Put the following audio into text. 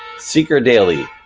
seeker daily,